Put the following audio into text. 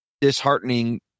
disheartening